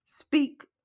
speak